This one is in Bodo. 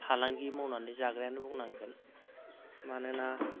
फालांगि मावनानै जाग्रायानो बुंनांगोन मानोना